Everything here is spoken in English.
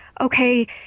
okay